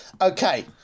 Okay